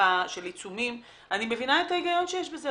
האכיפה של עיצומים, אני מבינה את ההיגיון שיש בזה.